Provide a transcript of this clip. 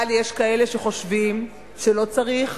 אבל יש כאלה שחושבים שלא צריך